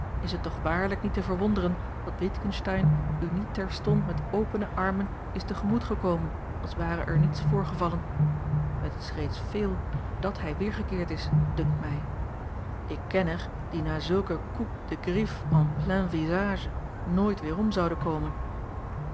is het toch waarlijk niet te verwonderen dat witgensteyn u niet terstond met opene armen is te gemoet gekomen als ware er niets voorgevallen het is reeds veel dàt hij weergekeerd is dunkt mij ik ken er die na zulke coups de griffes en plein visage nooit weerom zouden komen